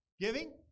giving